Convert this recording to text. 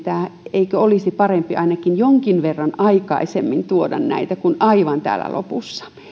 eikö olisi parempi ainakin jonkin verran aikaisemmin tuoda näitä kuin aivan täällä lopussa